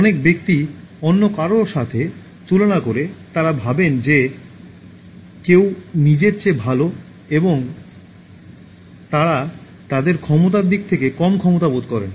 অনেক ব্যক্তি অন্য কারও সাথে তুলনা করে তাঁরা ভাবেন যে কেউ নিজের চেয়ে ভাল এবং তাঁরা তাদের ক্ষমতার দিক থেকে কম ক্ষমতা বোধ করেন